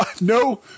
No